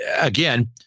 again